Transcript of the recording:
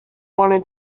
wanted